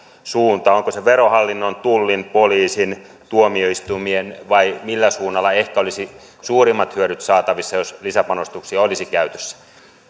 suunta onko se verohallinnon tullin poliisin tuomioistuimien suunnalla vai millä suunnalla olisi ehkä suurimmat hyödyt saatavissa jos lisäpanostuksia olisi käytössä